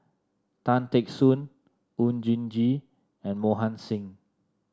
Tan Teck Soon Oon Jin Gee and Mohan Singh